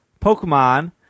Pokemon